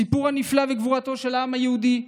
סיפורו הנפלא של העם היהודי וגבורתו,